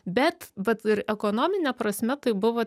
bet vat ir ekonomine prasme tai buvo